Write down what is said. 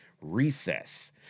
Recess